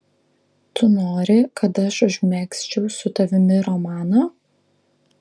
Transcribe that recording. tu nori kad aš užmegzčiau su tavimi romaną